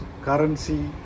currency